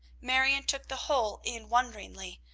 marion took the whole in wonderingly.